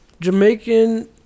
Jamaican